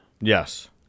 Yes